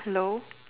hello